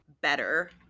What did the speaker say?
better